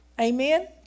Amen